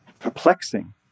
perplexing